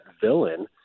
villain –